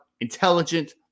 intelligent